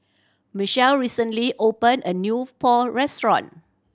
Michale recently opened a new Pho restaurant